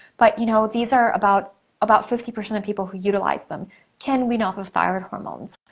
but you know these are about about fifty percent of people who utilize them can ween off of thyroid hormones.